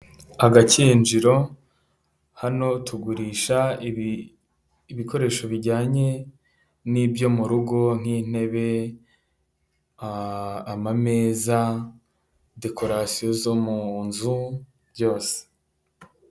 Agakinjiro, hano tugurisha ibikoresho bijyanye n'ibyo mu rugo nk'intebe, amameza, dekorasiyo zo mu nzu, byose.